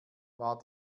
war